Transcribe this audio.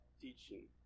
teaching